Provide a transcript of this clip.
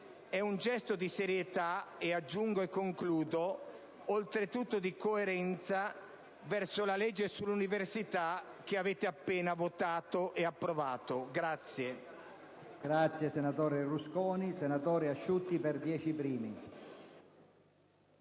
di un gesto di serietà e - aggiungo e concludo - oltre tutto di coerenza verso la legge sull'università che avete da poco approvato.